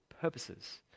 purposes